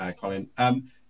Colin